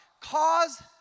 cause